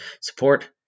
support